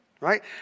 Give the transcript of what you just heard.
right